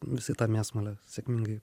visi tą mėsmalę sėkmingai